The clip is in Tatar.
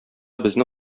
безне